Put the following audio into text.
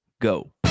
go